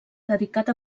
dedicat